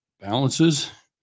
balances